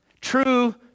true